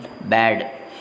bad